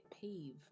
peeve